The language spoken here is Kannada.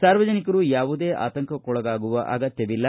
ಸಾರ್ವಜನಿಕರು ಯಾವುದೇ ಆತಂಕಕ್ಕೊಳಗಾಗುವ ಅಗತ್ತವಿಲ್ಲ